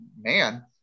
man